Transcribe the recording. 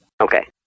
Okay